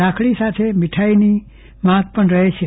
રાખડી સાથે મીઠાઈની માંગ પણ રહે છે